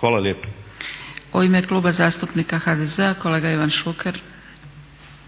Hvala lijepa. **Zgrebec, Dragica (SDP)** U ime Kluba zastupnika HDZ-a kolega Ivan Šuker.